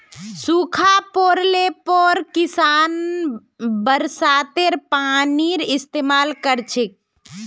सूखा पोड़ले पर किसान बरसातेर पानीर इस्तेमाल कर छेक